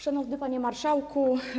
Szanowny Panie Marszałku!